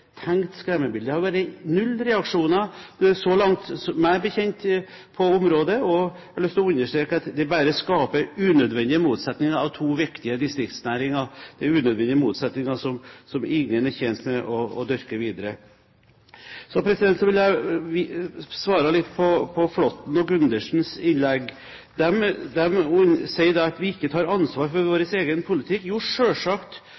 tenkt skremmebilde. Det har vært null reaksjoner så langt meg bekjent på området, og jeg har lyst til å understreke at det bare skaper unødvendige motsetninger mellom to viktige distriktsnæringer, unødvendige motsetninger som ingen er tjent med å dyrke videre. Så vil jeg svare litt på Flåttens og Gundersens innlegg. De sier at vi ikke tar ansvar for vår